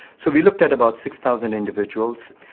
so we looked at about six thousand individuals.